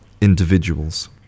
individuals